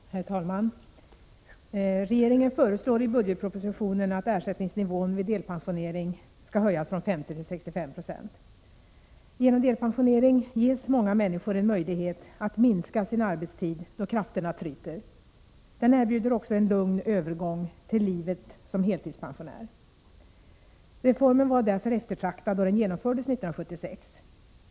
Herr talman! Regeringen föreslår i budgetpropositionen att ersättningsnivån vid delpensionering skall höjas från 50 till 65 90. Genom delpensionering ges många människor en möjlighet att minska sin arbetstid då krafterna tryter. Delpensioneringen erbjuder också en lugn övergång till livet som heltidspensionär. Reformen var därför eftertraktad då den genomfördes 1976.